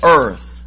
earth